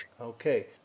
Okay